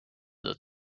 the